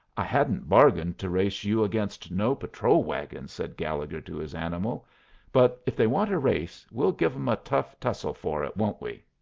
i hadn't bargained to race you against no patrol-wagons, said gallegher to his animal but if they want a race, we'll give them a tough tussle for it, won't we?